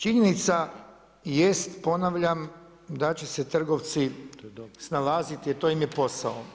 Činjenica jest ponavljam da će se trgovci snalaziti jer to im je posao.